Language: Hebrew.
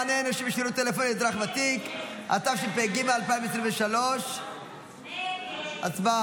מענה אנושי בשירות טלפוני לאזרח ותיק) התשפ"ג 2023. הצבעה.